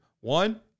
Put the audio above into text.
One